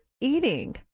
eating